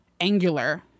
angular